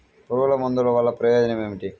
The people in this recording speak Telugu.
పురుగుల మందుల వల్ల ప్రయోజనం ఏమిటీ?